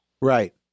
Right